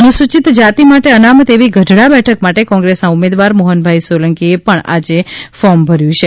અનુસૂચિત જાતિ માટે અનામત એવી ગઢડા બેઠક માટે કોંગ્રેસના ઉમેદવાર મોહન ભાઈ સોલંકી એ પણ આજે ફોર્મ ભર્યું છે